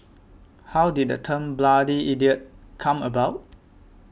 how did the term bloody idiot come about